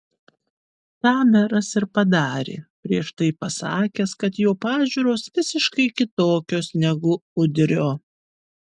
tą meras ir padarė prieš tai pasakęs kad jo pažiūros visiškai kitokios negu udrio